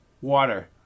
Water